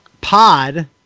pod